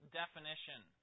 definition